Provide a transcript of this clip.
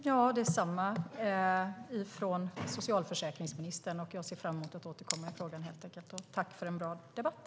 Fru talman! Detsamma från socialförsäkringsministern! Jag ser fram emot att återkomma i frågan och tackar för en bra debatt.